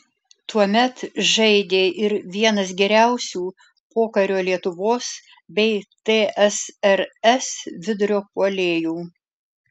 tuomet žaidė ir vienas geriausių pokario lietuvos bei tsrs vidurio puolėjų